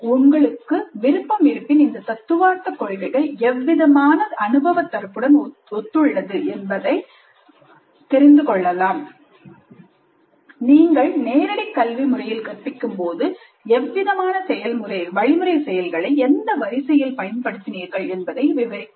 உங்களுக்கு விருப்பம் இருப்பின் இந்த தத்துவார்த்த கொள்கைகள் எவ்விதமான அனுபவதரப்புடன் ஒத்துள்ளது என்பதை தெரிந்து கொள்ளலாம் "பயிற்சி" நீங்கள் நேரடி கல்வி முறையில் கற்பிக்கும்போது எவ்விதமான வழிமுறை செயல்களை எந்த வரிசையில் பயன்படுத்தினீர்கள் என்பதை விவரிக்கவும்